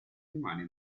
rimane